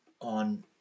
on